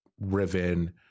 Riven